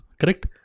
Correct